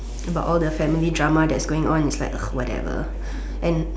about all the family drama that's going on it's like whatever and